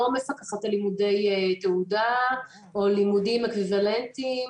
מפקחת על לימודי תעודה או לימודים אקוויוולנטי.